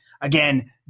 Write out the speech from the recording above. Again